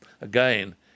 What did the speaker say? again